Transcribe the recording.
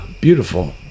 Beautiful